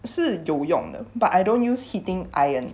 是有用的 but I don't use heating iron